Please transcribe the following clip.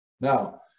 Now